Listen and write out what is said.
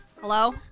Hello